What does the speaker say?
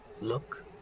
Look